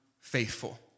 faithful